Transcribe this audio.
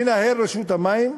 מנהל רשות המים,